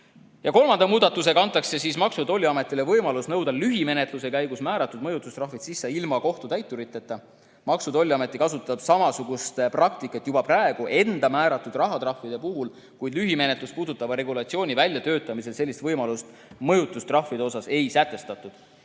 Kolmanda muudatusega antakse Maksu- ja Tolliametile võimalus nõuda lühimenetluse käigus määratud mõjutustrahv sisse ilma kohtutäituriteta. Maksu- ja Tolliamet kasutab samasugust praktikat juba praegu enda määratud rahatrahvide puhul, kuid lühimenetlust puudutava regulatsiooni väljatöötamisel sellist võimalust mõjutustrahvide osas ei sätestatud.